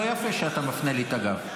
לא יפה שאתה מפנה לי את הגב.